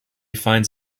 finds